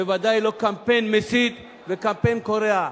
בוודאי לא קמפיין מסית וקמפיין קורע.